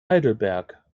heidelberg